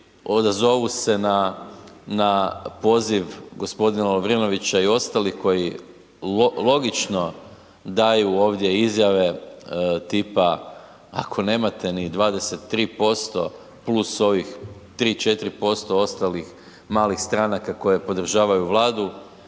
odazovu se na poziv g. Lovrinovića i ostalih koji logično daju ovdje izjave tipa, ako nemate ni 23% + ovih 3, 4% ostalih malih stranaka koje podržavaju Vladu,